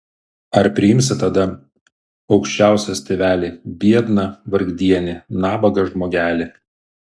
ar priimsi tada aukščiausias tėveli biedną vargdienį nabagą žmogelį